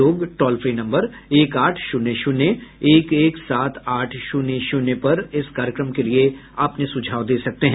लोग toll free number एक आठ शून्य शून्य एक एक सात आठ शून्य शून्य पर इस कार्यक्रम के लिए अपने सुझाव दे सकते हैं